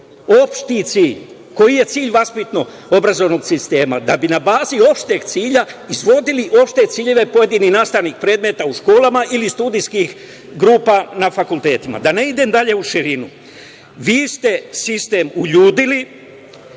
Opšti cilj. Koji je cilj vaspitno-obrazovnog sistema? Da bi na bazi opšteg cilja izvodili opšte ciljeve pojedinih nastavnih predmeta u školama ili studijskih grupa na fakultetima. Da ne idem dalje u širinu. Vi ste sistem uljudili,